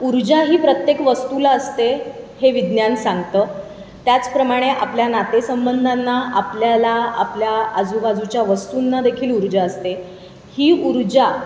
उर्जा ही प्रत्येक वस्तूला असते हे विज्ञान सांगतं त्याचप्रमाणे आपल्या नातेसंबंधांना आपल्याला आपल्या आजूबाजूच्या वस्तूंना देखील ऊर्जा असते ही ऊर्जा